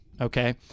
okay